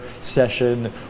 session